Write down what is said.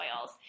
oils